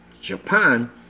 Japan